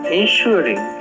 ensuring